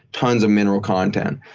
tons of mineral content.